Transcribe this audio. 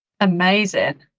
Amazing